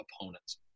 opponents